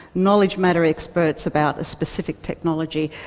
knowledge matter experts about a specific technology.